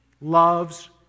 loves